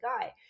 guy